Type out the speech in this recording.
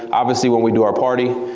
obviously when we do our party.